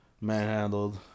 manhandled